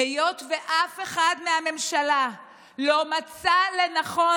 היות שאף אחד מהממשלה לא מצא לנכון